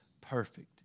perfect